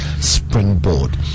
Springboard